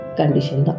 condition